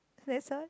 say some